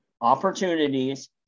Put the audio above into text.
opportunities